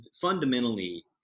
fundamentally